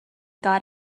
got